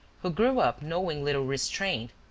who grew up knowing little restraint,